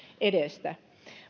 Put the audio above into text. edestä